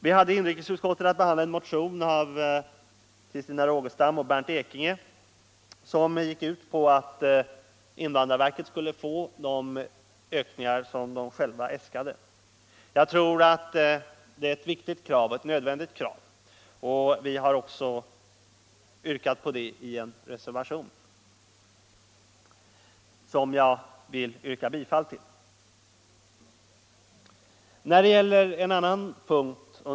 Vi hade i inrikesutskottet att behandla en motion av fröken Rogestam och herr Ekinge, där det föreslagits att invandrarverket skulle få den ökning man där själv äskat. Jag tror att det är ett viktigt och nödvändigt krav, och vi har också i en reservation anslutit oss till det förslaget. Jag yrkar bifall till denna reservation.